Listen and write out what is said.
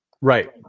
Right